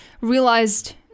realized